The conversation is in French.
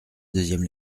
deuxième